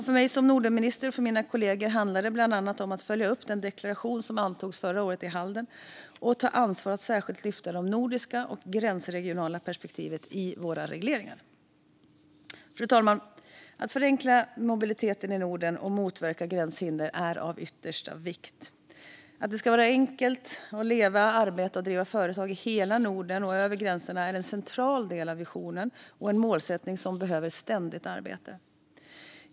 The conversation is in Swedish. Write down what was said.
För mig som Nordenminister och för mina kollegor handlar det bland annat om att följa upp den deklaration som antogs förra året i Halden och ta ansvar för att särskilt lyfta det nordiska och gränsregionala perspektivet i våra respektive regeringar. Fru talman! Att förenkla mobiliteten i Norden och motverka gränshinder är av yttersta vikt. Det ska vara enkelt att leva, arbeta och driva företag i hela Norden och över gränserna, vilket är en central del av visionen och en målsättning som behöver ständigt arbete.